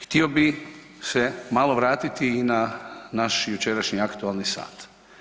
Htio bih se malo vratiti i na naš jučerašnji aktualni sat.